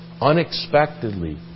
unexpectedly